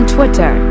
Twitter